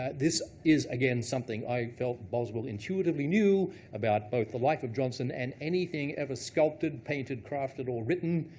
ah this is, again something i felt boswell intuitively knew about both the life of johnson, and anything ever sculpted, painted, crafted, or written.